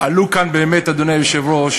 עלתה כאן, באמת, אדוני היושב-ראש,